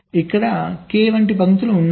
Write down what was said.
ఇక్కడ k వంటి పంక్తులు ఉన్నాయి